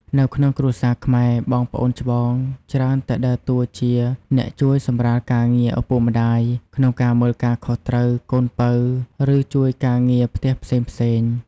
នៅក្នុងគ្រួសារខ្មែរ បងប្អូនច្បងច្រើនតែដើរតួជា អ្នកជួយសម្រាលការងារឪពុកម្ដាយ ក្នុងការមើលការខុសត្រូវកូនពៅ ឬជួយការងារផ្ទះផ្សេងៗ។